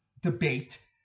debate